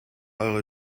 eure